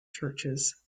churches